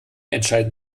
entscheiden